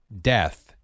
death